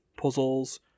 puzzles